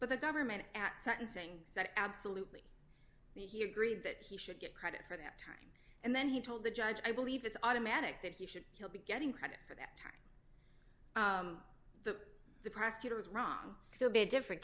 but the government at sentencing said absolutely he agreed that he should get credit for that time and then he told the judge i believe it's automatic that he should he'll be getting credit for that the the prosecutor was wrong so be a different